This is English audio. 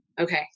Okay